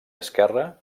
esquerra